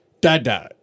da-da